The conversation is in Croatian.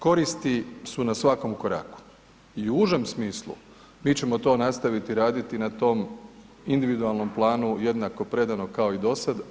Koristi su na svakom koraku i u užem smislu mi ćemo to nastaviti raditi na tom individualnom planu jednako predano kao i do sada.